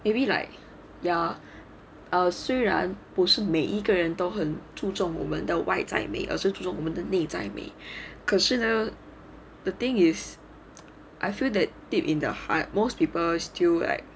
maybe like ya err 虽然不是每一个人都很注重我们的外在美 also 注重的内在美可是呢 the thing is I feel that deep in the heart most people still like